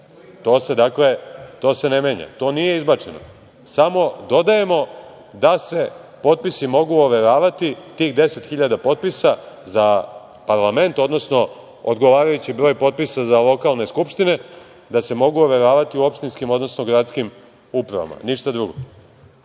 to se ne menja, to nije izbačeno, samo dodajemo da se potpisi mogu overavati, tih 10.000 potpisa za parlament, odnosno odgovarajući broj potpisa za lokalne skupštine, da se mogu overavati u opštinskim, odnosno gradskim upravama, ništa drugo.